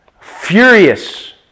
furious